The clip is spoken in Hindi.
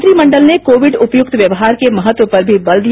नत्रिमंडल ने कोविड उपयुक्त व्यवसर के महत्व पर भी बेल दिया